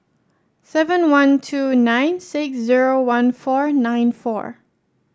seven one two nine six zero one four nine four